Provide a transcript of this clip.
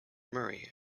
murray